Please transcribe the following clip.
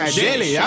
jelly